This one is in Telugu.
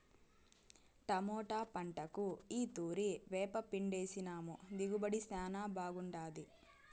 టమోటా పంటకు ఈ తూరి వేపపిండేసినాము దిగుబడి శానా బాగుండాది